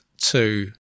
two